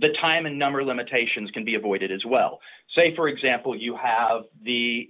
the time and number limitations can be avoided as well say for example you have the